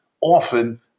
often